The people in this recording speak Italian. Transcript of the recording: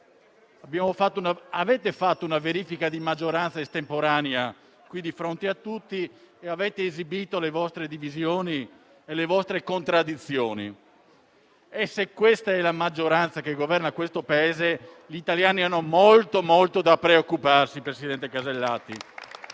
Avete fatto una verifica di maggioranza estemporanea, qui, di fronte a tutti, e avete esibito le vostre divisioni e le vostre contraddizioni. Se questa è la maggioranza che governa il Paese, gli italiani hanno molto, molto di cui preoccuparsi, presidente Alberti